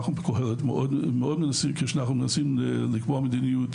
כאשר אנחנו בקהלת מנסים להציע מדיניות